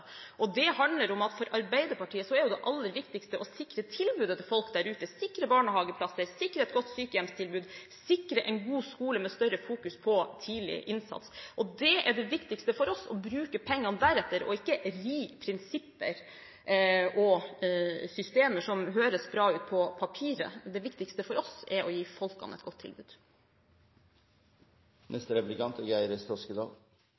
Det handler om at for Arbeiderpartiet er det aller viktigste å sikre tilbudet til folk der ute, sikre barnehageplasser, sikre et godt sykehjemstilbud og sikre en god skole med større fokus på tidlig innsats. Det er det viktigste for oss, å bruke pengene deretter og ikke ri prinsipper og systemer som høres bra ut på papiret. Det viktigste for oss er å gi folk et godt tilbud.